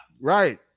Right